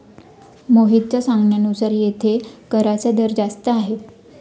मोहितच्या सांगण्यानुसार येथे कराचा दर जास्त आहे